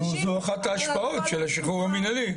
נו, זו אחת ההשפעות של השחרור המינהלי.